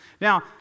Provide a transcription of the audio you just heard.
Now